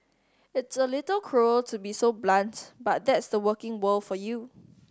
it's a little cruel to be so blunt but that's the working world for you